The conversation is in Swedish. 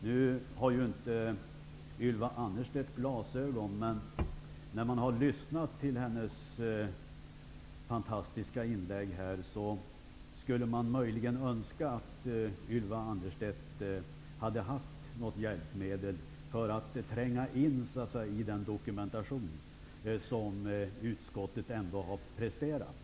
Nu använder inte Ylva Annerstedt glasögon, men när man har lyssnat till hennes fantastiska inlägg här, skulle man möjligen önska att hon hade haft något hjälpmedel för att tränga in i den dokumentation som utskottet ändå har presterat.